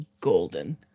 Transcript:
golden